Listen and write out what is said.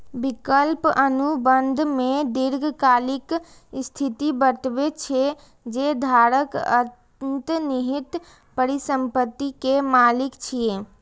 विकल्प अनुबंध मे दीर्घकालिक स्थिति बतबै छै, जे धारक अंतर्निहित परिसंपत्ति के मालिक छियै